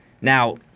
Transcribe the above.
Now